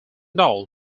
doll